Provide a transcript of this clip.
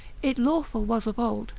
it lawful was of old,